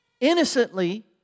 innocently